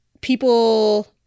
people